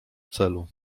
celu